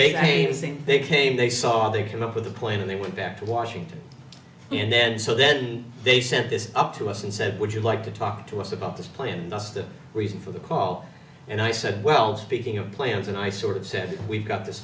thing they came they saw they came up with a plan and they went back to washington and then so then they sent this up to us and said would you like to talk to us about this plan that's the reason for the call and i said well speaking of plans and i sort of said we've got this